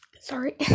Sorry